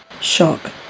shock